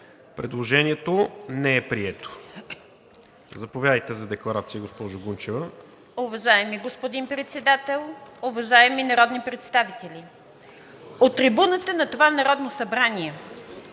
Предложението не е прието. Заповядате за декларация, госпожо Гунчева.